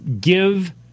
give